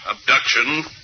abduction